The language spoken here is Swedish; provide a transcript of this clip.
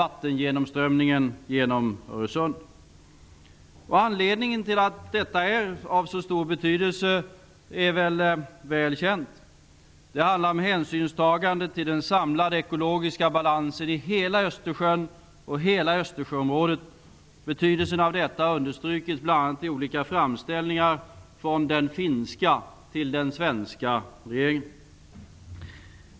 Anledningen till att detta är av så stor betydelse torde vara väl känd. Det handlar om hänsynstagandet till den samlade ekologiska balansen i hela Östersjön och Östersjöområdet. Betydelsen av detta har understrukits bl.a. i olika framställningar från den finska till den svenska regeringen.